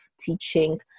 teaching